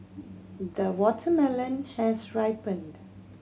the watermelon has ripened